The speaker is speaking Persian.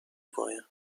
پایم